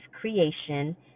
creation